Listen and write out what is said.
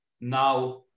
now